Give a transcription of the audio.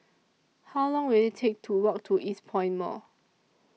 How Long Will IT Take to Walk to Eastpoint Mall